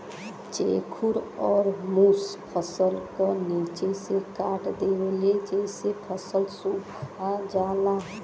चेखुर अउर मुस फसल क निचे से काट देवेले जेसे फसल सुखा जाला